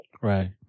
Right